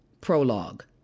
Prologue